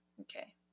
Okay